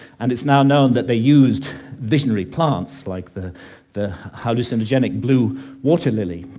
and it's now known that they used visionary plants like the the hallucinogenic blue water lily.